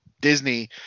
Disney